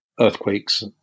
earthquakes